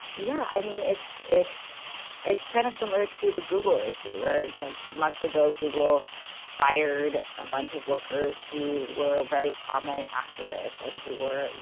yeah i mean, it's it's it's kind of similar to the google issue where, you know, months ago google fired a bunch of workers who were very prominent activists and who were, you